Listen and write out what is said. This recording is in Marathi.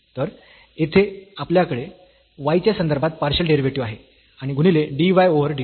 तर येथे आपल्याकडे y च्या संदर्भात पार्शियल डेरिव्हेटिव्ह आहे आणि गुणिले dy ओव्हर dt